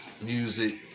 music